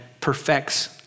perfects